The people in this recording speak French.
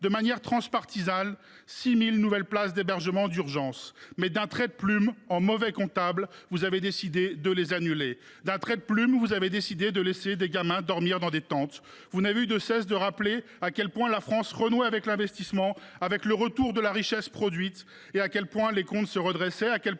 de manière transpartisane, 6 000 nouvelles places d’hébergement d’urgence. Mais, d’un trait de plume, en mauvais comptable, vous avez décidé de les annuler ! D’un trait de plume, vous avez décidé de laisser des gamins dormir dans des tentes. Vous n’avez eu de cesse de rappeler à quel point la France renouait avec l’investissement et le retour de la richesse produite, à quel point les comptes se redressaient,